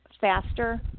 faster